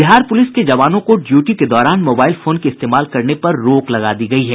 Bihar police के जवानों को ड्यूटी के दौरान मोबाईल फोन के इस्तेमाल करने पर रोक लगा दी गयी है